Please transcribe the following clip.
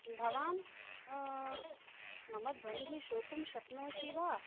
भवान् मम ध्वनिः श्रोतुं शक्नोति वा